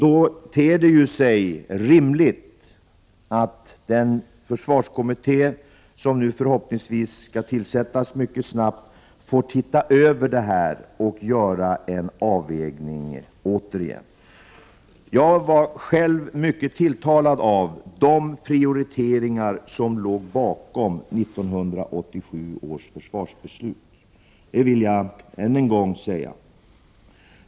Då ter det sig rimligt att den försvarskommitté som förhoppningsvis skall tillsättas mycket snart får se över detta och göra en ny avvägning. Jag var själv mycket tilltalad av de prioriteringar som låg bakom 1987 års försvarsbeslut, det vill jag än en gång säga.